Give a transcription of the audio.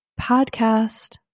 podcast